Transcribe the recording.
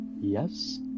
Yes